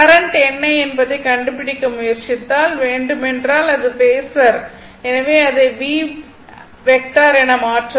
current என்ன என்பதை கண்டுபிடிக்க முயற்சித்தால் வேண்டுமென்றால் அது பேஸர் எனவே அதை என மாற்றவும்